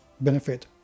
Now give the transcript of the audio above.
benefit